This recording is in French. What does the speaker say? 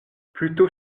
plutôt